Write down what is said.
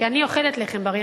כי אני אוכלת לחם בריא.